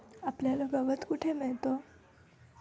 आपल्याला गवत कुठे मिळतं?